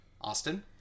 Austin